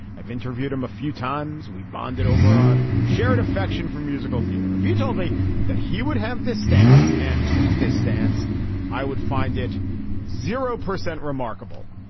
i've interviewed him a few times we bonded over our shared affection for musical theater. if you'd told me that he would have this stance and tweet this stance i would find it zero percent remarkable.